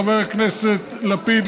חבר הכנסת לפיד,